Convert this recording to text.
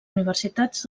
universitats